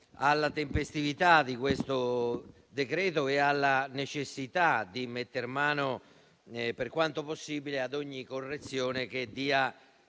alla tempestività di questo decreto-legge e alla necessità di mettere mano, per quanto possibile, a ogni correzione che